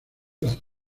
las